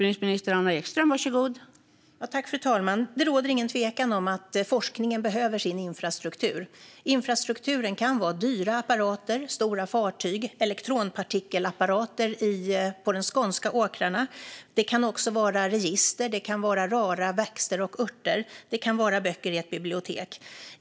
Fru talman! Det råder ingen tvekan om att forskningen behöver sin infrastruktur. Infrastrukturen kan vara dyra apparater, stora fartyg eller elektronpartikelapparater på de skånska åkrarna. Det kan också vara register, och det kan vara rara växter och örter. Det kan vara böcker i ett bibliotek.